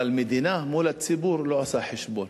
אבל מדינה מול הציבור לא עושה חשבון.